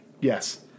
Yes